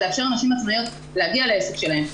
אבל לאפשר לנשים עצמאיות להגיע לעסק שלהן,